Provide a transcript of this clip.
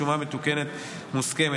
שומה מתוקנת מוסכמת),